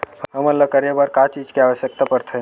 हमन ला करे बर का चीज के आवश्कता परथे?